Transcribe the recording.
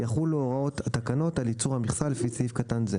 יחולו הוראות התקנות על ייצור המכסה לפי סעיף קטן זה.